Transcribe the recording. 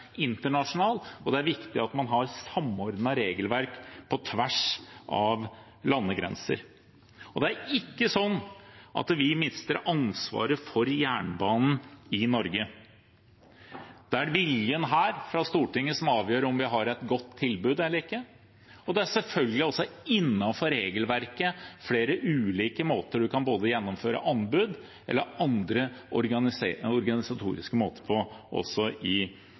og mer internasjonal, og det er viktig at man har samordnede regelverk på tvers av landegrenser. Det er ikke sånn at vi mister ansvaret for jernbanen i Norge. Det er viljen her i Stortinget som avgjør om vi har et godt tilbud eller ikke. Det er selvfølgelig også innenfor regelverket flere ulike måter man kan gjennomføre anbud på, og det er andre organisatoriske måter, også i